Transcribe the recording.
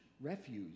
refuse